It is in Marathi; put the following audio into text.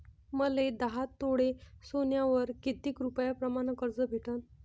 मले दहा तोळे सोन्यावर कितीक रुपया प्रमाण कर्ज भेटन?